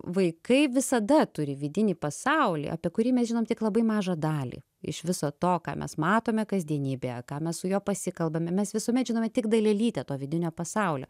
vaikai visada turi vidinį pasaulį apie kurį mes žinom tik labai mažą dalį iš viso to ką mes matome kasdienybėje ką mes su juo pasikalbame mes visuomet žinome tik dalelytę to vidinio pasaulio